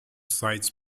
sites